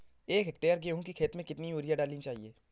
एक हेक्टेयर गेहूँ की खेत में कितनी यूरिया डालनी चाहिए?